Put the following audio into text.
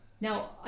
now